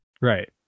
right